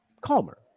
calmer